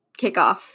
kickoff